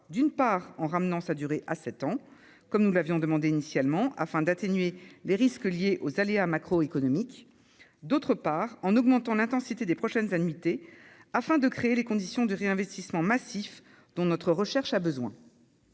d'une part, en ramenant sa durée à sept ans, comme nous l'avions demandé initialement, afin d'atténuer les risques liés aux aléas macroéconomiques ; d'autre part, en augmentant l'intensité des prochaines annuités, afin de créer les conditions du réinvestissement massif dont notre recherche a besoin.